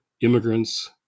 Immigrants